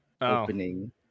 opening